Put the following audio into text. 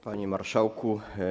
Panie Marszałku!